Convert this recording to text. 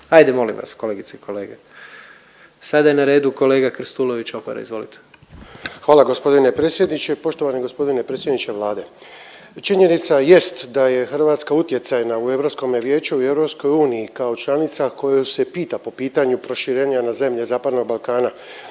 Ajde molim vas kolegice i kolege. Sada je na redu kolega Krstulović Opara, izvolite. **Krstulović Opara, Andro (HDZ)** Hvala gospodine predsjedniče. Poštovani gospodine predsjedniče Vlade, činjenica jest da je Hrvatska utjecajna u Europskome vijeću i EU kao članica koju se pita po pitanju proširenja na zemlje zapadnog Balkana.